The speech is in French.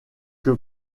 que